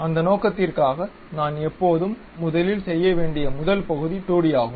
அந்த நோக்கத்திற்காக நான் எப்போதும் முதலில் செய்ய வேண்டிய முதல் பகுதி 2D ஆகும்